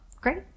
great